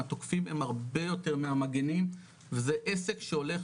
התוקפים הם הרבה יותר מהמגנים וזה עסק שהולך